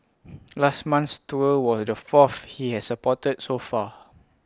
last month's tour was the fourth he has supported so far